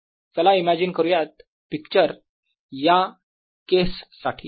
चला इमॅजीन करूयात पिक्चर या केस साठी